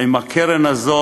עם הקרן הזו,